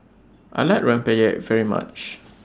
I like Rempeyek very much